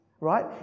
right